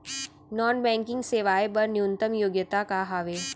Non banking सेवाएं बर न्यूनतम योग्यता का हावे?